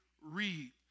Read